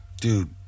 Dude